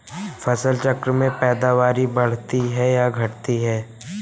फसल चक्र से पैदावारी बढ़ती है या घटती है?